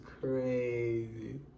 crazy